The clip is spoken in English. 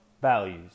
values